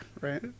right